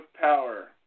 power